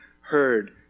heard